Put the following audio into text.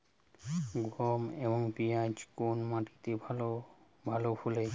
গম এবং পিয়াজ কোন মাটি তে ভালো ফলে?